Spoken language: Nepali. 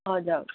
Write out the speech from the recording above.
हजुर